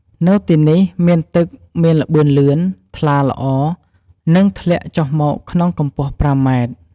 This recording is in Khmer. នៅទីនេះមានទឹកមានល្បឿនលឿន ថ្លាល្អ និងធ្លាក់ចុះមកក្នុងកំពស់ប្រាំម៉ែត្រ។